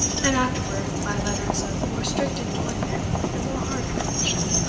and afterwards by letters of more strict enjoinment and more hard compulsion